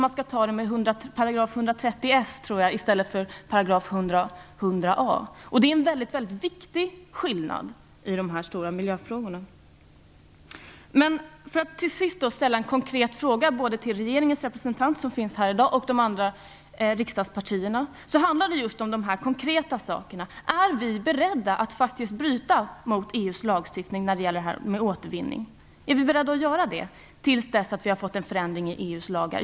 Man skall använda § 130 S - tror jag - i stället för § 100 A. Det är en väldigt viktig skillnad i dessa stora miljöfrågor. Till sist vill jag ställa en konkret fråga både till regeringens representant, som finns här i dag, och de andra riksdagspartierna. Det handlar just om de konkreta frågorna. Är vi beredda att faktiskt bryta mot EU:s lagstiftning när det gäller återvinning? Är vi beredda att göra det tills dess att vi har fått en förändring i EU:s lagar?